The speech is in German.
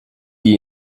die